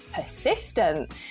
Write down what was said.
persistent